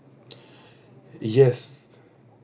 yes